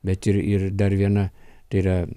bet ir ir dar viena tai yra